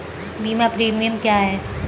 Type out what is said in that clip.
बीमा प्रीमियम क्या है?